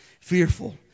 fearful